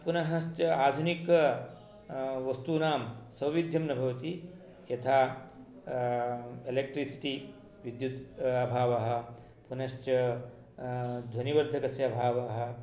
पुनश्च आधुनिक वस्तूनां सौविध्यं न भवति यथा एलेक्ट्रिसिटि विद्युत् अभावः पुनश्च ध्वनिवर्धकस्य अभावः